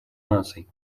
наций